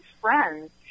friends